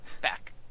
Back